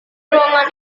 ruangan